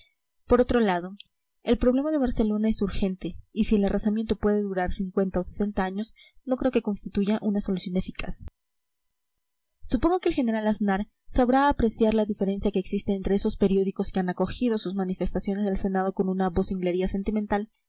por otro lado el problema de barcelona es urgente y si el arrasamiento puede durar cincuenta o sesenta años no creo que constituya una solución eficaz supongo que el general aznar sabrá apreciar la diferencia que existe entre esos periódicos que han acogido sus manifestaciones del senado con una vocinglería sentimental